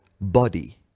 body